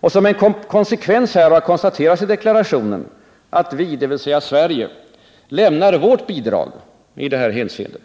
Och som en konsekvens härav konstateras i deklarationen att vi — dvs. Sverige — lämnar vårt bidrag i detta hänseende